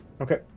Okay